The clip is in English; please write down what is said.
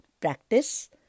practice